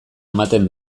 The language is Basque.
ematen